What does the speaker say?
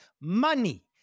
Money